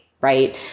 Right